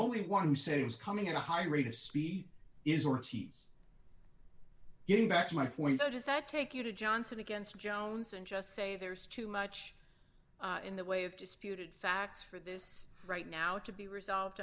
only one who said it was coming at a high rate of speed is ortiz getting back to my point how does that take you to johnson against jones and just say there's too much in the way of disputed facts for this right now to be resolved